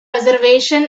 reservation